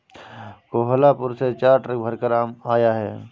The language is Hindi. कोहलापुर से चार ट्रक भरकर आम आया है